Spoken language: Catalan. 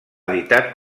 editat